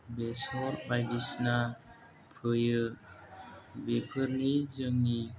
बेसर बायदिसिना फोयो बेफोर जोंनि